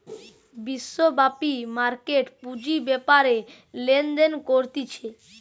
বিশ্বব্যাপী মার্কেট পুঁজি বেপারে লেনদেন করতিছে